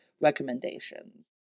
recommendations